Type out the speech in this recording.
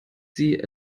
sie